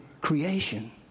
creation